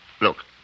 Look